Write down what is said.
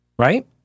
Right